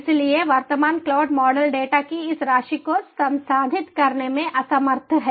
इसलिए वर्तमान cloud model data की इस राशि को संसाधित करने में असमर्थ है